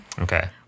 Okay